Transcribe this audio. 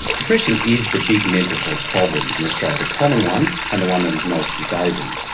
depression is the big mental health problem in australia, the common one and the one that is most disabling.